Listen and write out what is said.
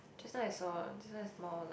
just now I saw this one is more like